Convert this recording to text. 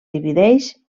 divideix